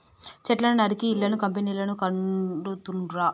చెట్లను నరికి ఇళ్లను కంపెనీలను కడుతాండ్రు